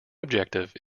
objective